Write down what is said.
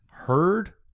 heard